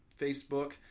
facebook